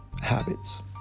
habits